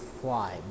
fly